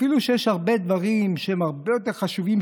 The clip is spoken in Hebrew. אפילו שיש הרבה דברים שהם הרבה יותר חשובים,